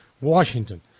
Washington